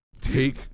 take